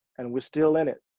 and we're still in it.